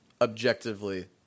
objectively –